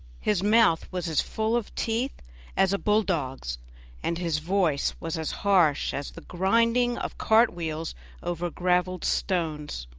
his mouth was as full of teeth as a bull-dog's, and his voice was as harsh as the grinding of cart wheels over graveled stones.